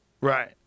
Right